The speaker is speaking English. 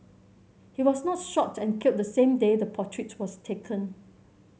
he was not shot and killed the same day the portrait was taken